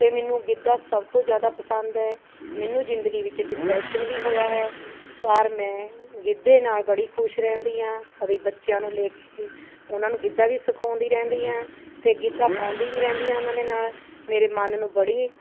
ਅਤੇ ਮੈਨੂੰ ਗਿੱਧਾ ਸਭ ਤੋਂ ਜ਼ਿਆਦਾ ਪਸੰਦ ਹੈ ਮੈਨੂੰ ਜ਼ਿੰਦਗੀ ਵਿੱਚ ਡਿਪਰੈਸ਼ਨ ਵੀ ਹੋਇਆ ਹੈ ਪਰ ਮੈਂ ਗਿੱਧੇ ਨਾਲ਼ ਬੜੀ ਖੁਸ਼ ਰਹਿੰਦੀ ਹਾਂ ਕਦੀ ਬੱਚਿਆਂ ਨੂੰ ਲੈ ਕੇ ਉਹਨਾਂ ਨੂੰ ਗਿੱਧਾ ਵੀ ਸਿਖਾਉਂਦੀ ਰਹਿੰਦੀ ਹਾਂ ਅਤੇ ਗਿੱਧਾ ਪਾਉਂਦੀ ਵੀ ਰਹਿੰਦੀ ਹਾਂ ਉਹਨਾਂ ਦੇ ਨਾਲ਼ ਮੇਰੇ ਮਨ ਨੂੰ ਬੜੀ